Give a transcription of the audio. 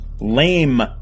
Lame